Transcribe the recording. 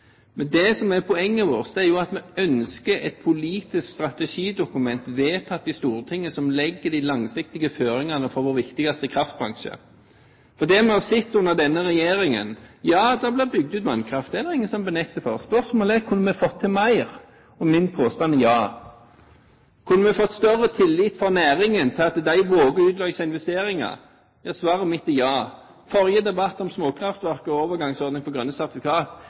Det som er poenget vårt, er jo at vi ønsker et politisk strategidokument, vedtatt i Stortinget, som legger de langsiktige føringene for vår viktigste kraftbransje. Det vi har sett under denne regjeringen, er at det er blitt bygd ut vannkraft. Det er det ingen som nekter for. Spørsmålet er om vi kunne ha fått til mer. Min påstand er ja. Kunne vi fått større tillit fra næringen, slik at de våger å utløse investeringer? Svaret mitt er ja. Forrige debatt om småkraftverk og overgangsordninger for grønne